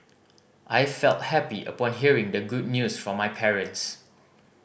I felt happy upon hearing the good news from my parents